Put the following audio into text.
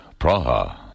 Praha